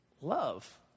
love